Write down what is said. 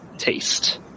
taste